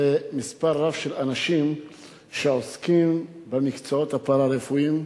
למספר רב של אנשים שעוסקים במקצועות הפארה-רפואיים.